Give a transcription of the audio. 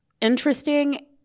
interesting